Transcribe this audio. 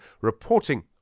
reporting